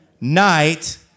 night